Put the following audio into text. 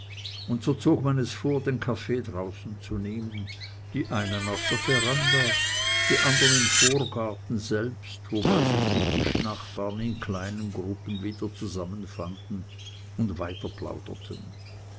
und so zog man es vor den kaffee draußen zu nehmen die einen auf der veranda die andern im vorgarten selbst wobei sich die tischnachbarn in kleinen gruppen wieder zusammenfanden und